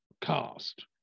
cast